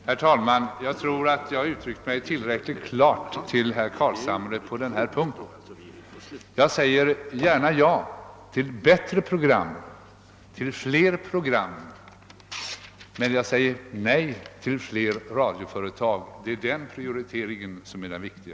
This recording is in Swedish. Herr talman! Jag tror att jag har uttryckt mig tillräckligt klart på denna punkt, herr Carlshamre. Jag säger ja till flera och bättre program, men jag säger nej till flera radioföretag. Det är den prioriteringen som är den viktiga.